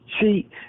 See